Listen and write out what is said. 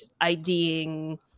IDing